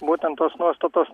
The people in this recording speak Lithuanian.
būten tos nuostatos